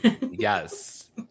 Yes